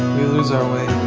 lose our way